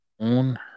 on